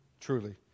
truly